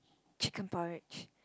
chicken porridge